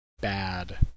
bad